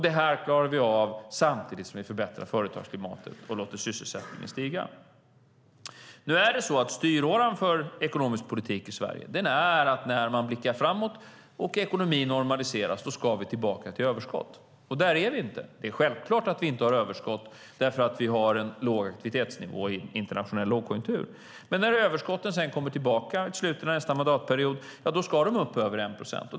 Det här klarar vi av samtidigt som vi förbättrar företagsklimatet och låter sysselsättningen stiga. Styråran för ekonomisk politik i Sverige är att vi, när vi blickar framåt och ekonomin normaliseras, ska tillbaka till överskott. Där är vi inte. Det är självklart att vi inte har överskott - det är ju en låg aktivitetsnivå i internationell lågkonjunktur - men när överskotten sedan kommer tillbaka i slutet av nästa mandatperiod ska de upp över 1 procent.